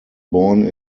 born